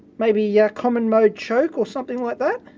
maybe yeah common-mode choke or something like that?